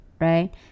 right